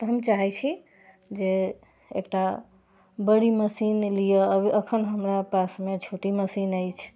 तऽ हम चाहे छी जे एकटा बड़ी मशीन लिअ अखन हमरा पासमे छोटी मशीन अछि